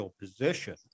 position